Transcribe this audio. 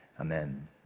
amen